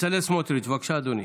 בצלאל סמוטריץ', בבקשה, אדוני.